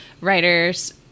writers